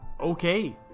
Okay